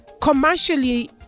commercially